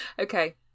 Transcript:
Okay